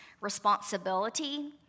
responsibility